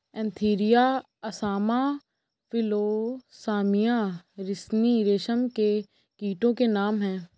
Antheraea असामा फिलोसामिया रिसिनी रेशम के कीटो के नाम हैं